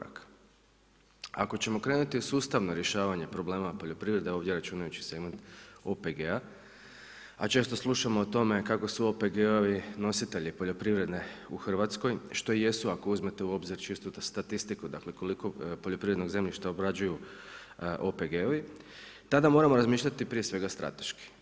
Ako ćemo krenuti u sustavno rješavanje problema poljoprivrede ovdje računajući segment OPG-a, a često slušamo o tome kako su OPG-ovi nositelji poljoprivrede u Hrvatskoj što i jesu ako uzmete u obzir čisto statistiku koliko poljoprivrednog zemljišta obrađuju OPG-ovi, tada moramo razmišljati prije svega strateški.